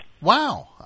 Wow